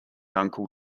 uncle